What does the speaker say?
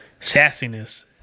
sassiness